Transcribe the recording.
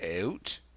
out